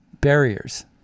barriers